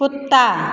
कुत्ता